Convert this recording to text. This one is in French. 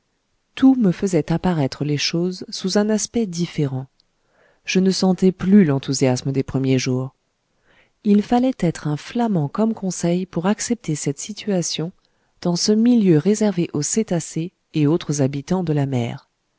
tout me faisait apparaître les choses sous un aspect différent je ne sentais plus l'enthousiasme des premiers jours il fallait être un flamand comme conseil pour accepter cette situation dans ce milieu réservé aux cétacés et autres habitants de la mer